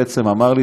בעצם אמר לי,